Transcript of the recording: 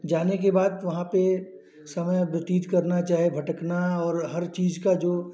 जाने के बाद तो वहाँ पर समय व्यतीत करना चाहे भटकना और हर चीज़ का जो